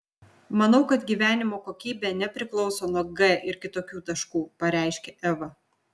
manau kad gyvenimo kokybė nepriklauso nuo g ir kitokių taškų pareiškė eva